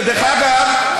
ודרך אגב,